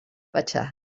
pachá